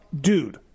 dude